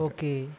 Okay